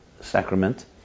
sacrament